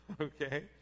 okay